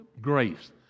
grace